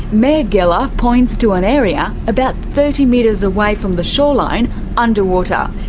mayor gela points to an area about thirty metres away from the shoreline under water.